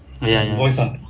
ah ya ya